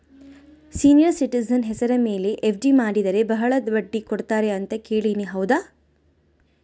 Senior citizen ಹೆಸರ ಮೇಲೆ F D ಮಾಡಿದರೆ ಬಹಳ ಬಡ್ಡಿ ಕೊಡ್ತಾರೆ ಅಂತಾ ಕೇಳಿನಿ ಹೌದಾ?